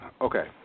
okay